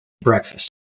breakfast